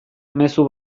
mezu